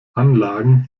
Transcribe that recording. anlagen